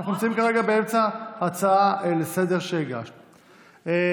אנחנו נמצאים כרגע באמצע ההצעה לסדר-היום שהגשת.